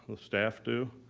the staff do.